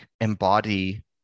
embody